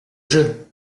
jeu